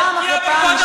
בחדר חקירות, על